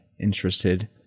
interested